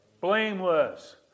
blameless